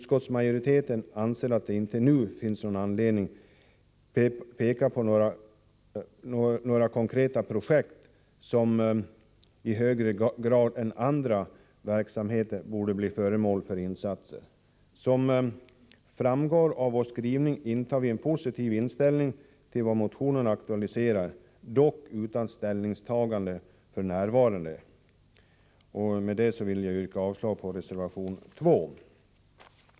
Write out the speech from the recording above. Utskottsmajoriteten anser att det nu inte finns någon anledning att peka på några konkreta projekt som i högre grad än andra verksamheter borde bli föremål för insatser. Som framgår av vår skrivning är vi positiva till vad motionerna aktualiserat, dock utan ställningstagande f.n. Jag vill med detta yrka avslag på reservation 2.